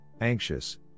anxious